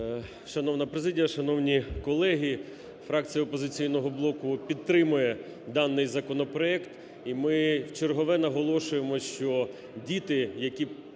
Шановна президія, шановні колеги! Фракція "Опозиційного блоку" підтримує даний законопроект. І ми вчергове наголошуємо, що діти, які